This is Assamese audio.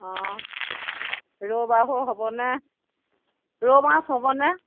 অঁ ৰৌ বাহু হ'বনে ৰৌ মাছ হ'বনে